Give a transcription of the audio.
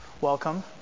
welcome